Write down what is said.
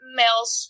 males